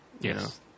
Yes